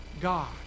God